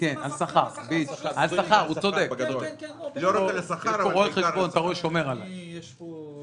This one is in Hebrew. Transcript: לא רק על השכר אבל בעיקר על השכר.